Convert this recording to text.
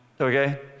okay